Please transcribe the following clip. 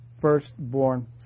firstborn